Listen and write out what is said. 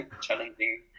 challenging